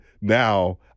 now